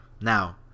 Now